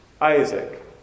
Isaac